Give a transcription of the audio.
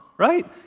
right